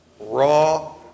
raw